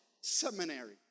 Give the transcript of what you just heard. seminary